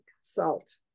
salt